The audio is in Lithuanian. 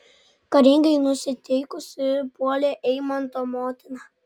karingai nusiteikusi puolė eimanto motina